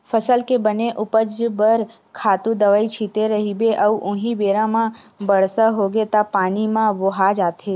फसल के बने उपज बर खातू दवई छिते रहिबे अउ उहीं बेरा म बरसा होगे त पानी म बोहा जाथे